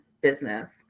business